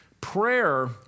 prayer